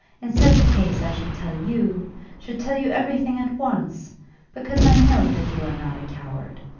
in such a case i should tell you should tell you everything at once because i know that you are not a coward.